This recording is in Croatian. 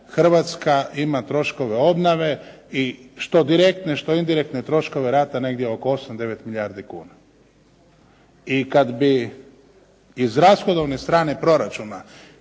Hrvatska ima troškove obnove i što direktne, što indirektne troškove rata negdje oko 8, 9 milijardi kuna. I kad bi iz rashodovne strane proračuna